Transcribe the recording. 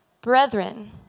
Brethren